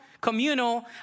communal